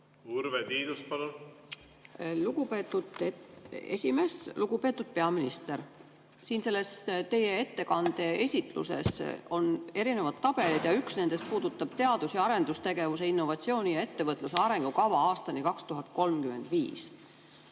Urve Tiidus, palun! Lugupeetud esimees! Lugupeetud peaminister! Siin selle teie ettekande juures on erinevad tabelid ja üks nendest puudutab teadus- ja arendustegevuse, innovatsiooni ning ettevõtluse arengukava aastani 2035.